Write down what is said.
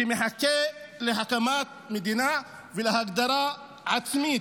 שמחכה להקמת מדינה ולהגדרה עצמית.